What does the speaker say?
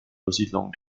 besiedlung